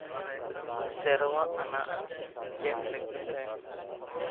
ᱥᱮᱨᱣᱟ ᱟᱱᱟᱜ ᱪᱮᱫ ᱞᱮᱠᱟᱛᱮ